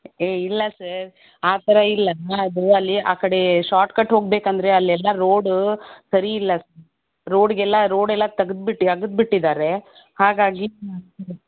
ಏ ಇಲ್ಲ ಸರ್ ಆ ಥರ ಇಲ್ಲ ನಾನು ಅದು ಅಲ್ಲಿ ಆ ಕಡೆ ಶಾರ್ಟ್ಕಟ್ ಹೋಗ್ಬೇಕಂದ್ರೆ ಅಲ್ಲೆಲ್ಲ ರೋಡ ಸರಿ ಇಲ್ಲ ರೋಡ್ಗೆಲ್ಲ ರೋಡೆಲ್ಲ ತಗದ್ಬಿಟ್ಟ್ ಅಗೆದ್ಬಿಟ್ಟಿದ್ದಾರೆ ಹಾಗಾಗಿ